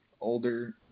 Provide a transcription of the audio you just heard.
older